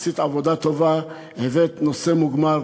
עשית עבודה טובה, הבאת נושא מוגמר.